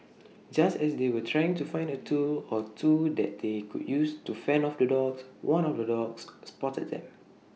just as they were trying to find A tool or two that they could use to fend off the dogs one of the dogs spotted them